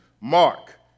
Mark